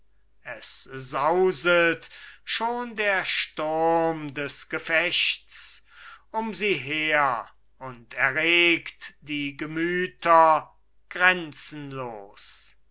es sauset schon der sturm des gefechts um sie her und erregt die gemüter grenzenlos